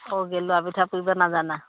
অ' গেলোৱা পিঠা পুৰিব নাজানা